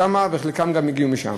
וחלקם גם הגיעו משם.